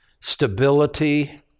stability